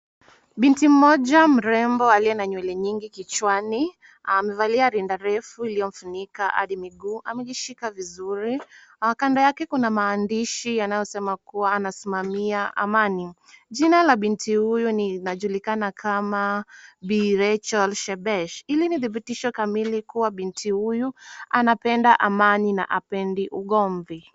Binti mmoja mrembo aliye na nywele nyingi kichwani amevalia rinda refu iliyomfunika hadi miguu, amejishika vizuri. Kando yake kuna maandishi yanayosema kuwa anasimamia amani. Jina la binti huyo inajulikana kama bi Rachel Shebesh. Hili ni dhibitisho kamili kuwa binti huyu anapenda amani na hapendi ugomvi.